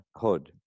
hood